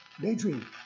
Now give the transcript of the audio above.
Daydream